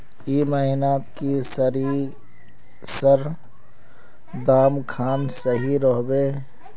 ए महीनात की सरिसर दाम खान सही रोहवे?